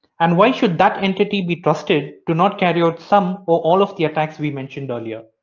and why should that entity be trusted do not carry out some or all of the attacks we mentioned earlier?